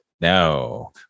no